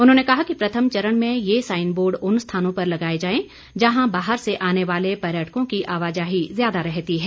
उन्होंने कहा कि प्रथम चरण में ये साईन बोर्ड उन स्थानों पर लगाए जाएं जहां बाहर से आने वाले पर्यटकों की आवाजाही ज्यादा रहती है